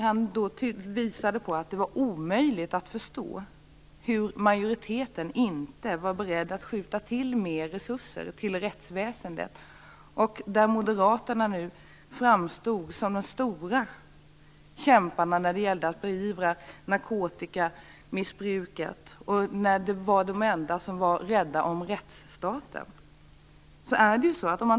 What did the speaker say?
Han menade på att det var omöjligt att förstå varför majoriteten inte är beredd att skjuta till mer resurser till rättsväsendet. Moderaterna framstod som de stora kämparna när det gäller att beivra narkotikamissbruket och som de enda som är rädda om rättsstaten.